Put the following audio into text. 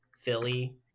Philly